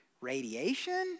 radiation